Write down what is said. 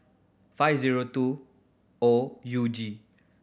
five zero two O U G